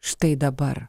štai dabar